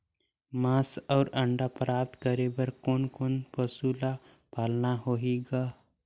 मांस अउ अंडा प्राप्त करे बर कोन कोन पशु ल पालना होही ग?